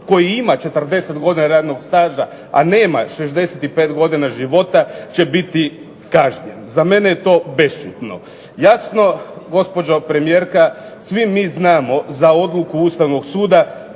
koji ima 40 godina radnog staža a nema 65 godina života će biti kažnjen. Za mene je to bešćutno. Jasno gospođo premijerka svi mi znamo za odluku Ustavnog suda